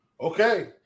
Okay